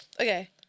Okay